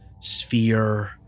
sphere